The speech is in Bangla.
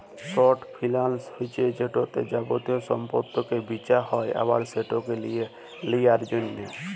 শর্ট ফিলালস হছে যেটতে যাবতীয় সম্পত্তিকে বিঁচা হ্যয় আবার সেটকে কিলে লিঁয়ার জ্যনহে